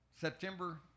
September